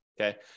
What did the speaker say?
Okay